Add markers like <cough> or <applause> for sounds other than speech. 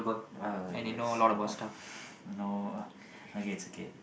uh yes um <breath> no okay it's okay